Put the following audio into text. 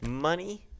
money